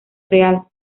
real